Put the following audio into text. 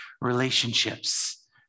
relationships